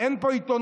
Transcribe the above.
אין פה עיתונאים,